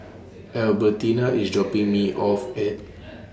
Albertina IS dropping Me off At